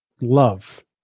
love